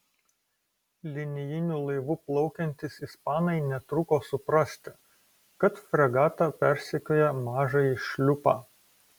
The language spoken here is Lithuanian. linijiniu laivu plaukiantys ispanai netruko suprasti kad fregata persekioja mažąjį šliupą